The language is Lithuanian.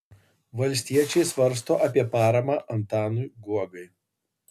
valstiečiai svarsto apie paramą antanui guogai